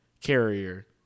carrier